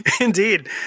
Indeed